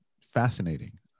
fascinating